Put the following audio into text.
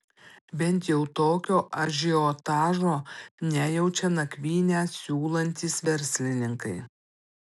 bent jau tokio ažiotažo nejaučia nakvynę siūlantys verslininkai